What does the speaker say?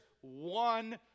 one